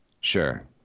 Sure